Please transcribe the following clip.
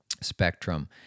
spectrum